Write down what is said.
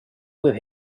with